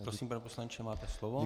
Prosím, pane poslanče, máte slovo.